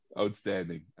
Outstanding